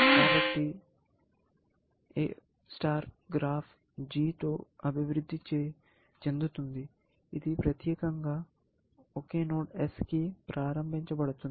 కాబట్టి A STAR graph G తో అభివృద్ధి చెందుతుంది ఇది ప్రత్యేకంగా ఒకే నోడ్ S కి ప్రారంభించబడుతుంది